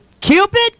Cupid